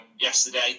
yesterday